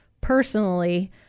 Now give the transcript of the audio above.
Personally